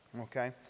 Okay